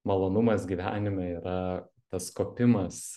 malonumas gyvenime yra tas kopimas